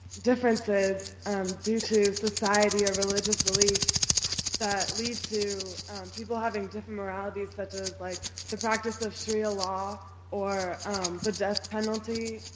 differences um due to society or religious beliefs that lead to people having different moralities such as like the practice of sharia law or the death penalty.